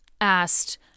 asked